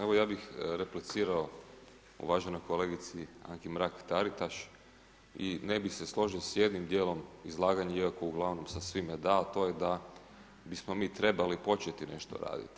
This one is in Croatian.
Evo ja bih replicirao uvaženoj kolegici Anki Mrak-Taritaš i ne bi složio s jednim djelom izlaganja iako uglavnom sa svime da, a to je da bismo mi trebali početi nešto raditi.